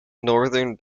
northern